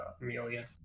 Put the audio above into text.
Amelia